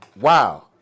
Wow